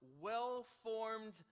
well-formed